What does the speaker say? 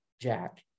jack